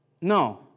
No